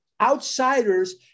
outsiders